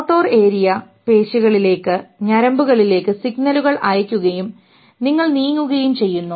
motor area പേശികളിലേക്ക് ഞരമ്പുകളിലേക്ക് സിഗ്നലുകൾ അയയ്ക്കുകയും നിങ്ങൾ നീങ്ങുകയും ചെയ്യുന്നു